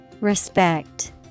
Respect